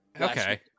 Okay